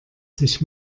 sich